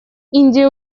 индия